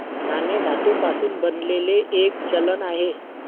नाणे धातू पासून बनलेले एक चलन आहे